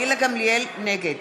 נגד